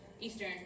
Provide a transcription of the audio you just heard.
Eastern